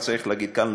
צריך להגיד כאן,